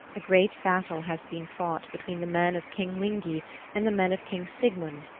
a great battle has been fought between the men of king lygni and the men of king sigmund,